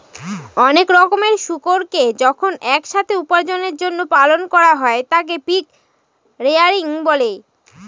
অনেক রকমের শুকুরকে যখন এক সাথে উপার্জনের জন্য পালন করা হয় তাকে পিগ রেয়ারিং বলে